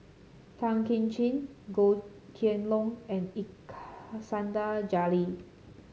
Tan Kim Ching Goh Kheng Long and Iskandar Jalil